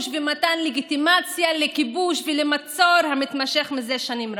ולמתן לגיטימציה לכיבוש ולמצור המתמשך מזה שנים רבות.